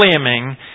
claiming